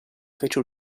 fece